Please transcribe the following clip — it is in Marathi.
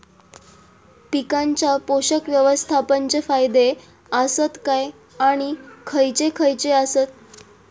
पीकांच्या पोषक व्यवस्थापन चे फायदे आसत काय आणि खैयचे खैयचे आसत?